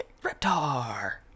Reptar